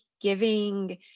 giving